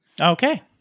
Okay